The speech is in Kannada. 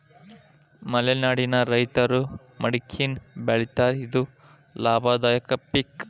ಮಲೆನಾಡಿನ ರೈತರು ಮಡಕಿನಾ ಬೆಳಿತಾರ ಇದು ಲಾಭದಾಯಕ ಪಿಕ್